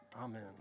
Amen